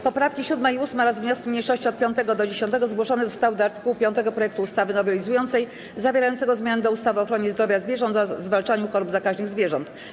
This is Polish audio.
Poprawki 7. i 8. oraz wnioski mniejszości od 5. do 10. zgłoszone zostały do art. 5 projektu ustawy nowelizującej zawierającego zmiany do ustawy o ochronie zdrowia zwierząt oraz zwalczaniu chorób zakaźnych zwierząt.